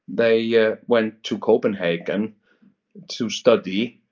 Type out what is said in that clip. they yeah went to copenhagen to study,